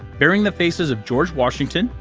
baring the faces of george washington,